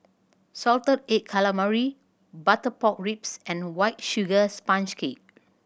salted egg calamari butter pork ribs and White Sugar Sponge Cake